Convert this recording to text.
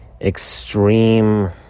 extreme